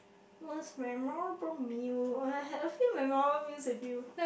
was my memorable meal or I have a memorable meal with you